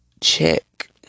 check